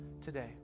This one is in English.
today